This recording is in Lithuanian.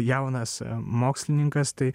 jaunas mokslininkas tai